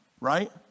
right